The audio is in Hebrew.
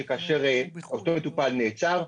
שכאשר אותו מטופל נעצר,